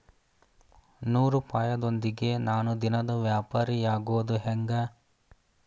ನೂರುಪಾಯದೊಂದಿಗೆ ನಾನು ದಿನದ ವ್ಯಾಪಾರಿಯಾಗೊದ ಹೆಂಗ?